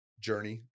journey